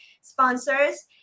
sponsors